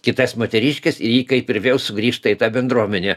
kitas moteriškes ir ji kaip ir vėl sugrįžta į tą bendruomenę